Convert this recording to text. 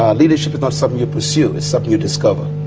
leadership is not something you pursue, it's something you discover.